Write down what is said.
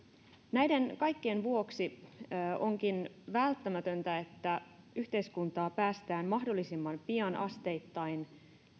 näiden kaikkien vuoksi onkin välttämätöntä että yhteiskuntaa päästään mahdollisimman pian asteittain